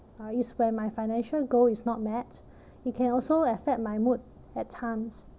uh is when my financial goal is not met it can also affect my mood at times